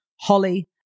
Holly